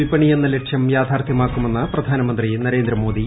വിപണി എന്ന ലക്ഷ്യം യാഥാർത്ഥ്യമാക്കുമെന്ന് പ്രധാനമന്ത്രി നരേന്ദ്രമോദി